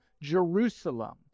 Jerusalem